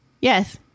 Yes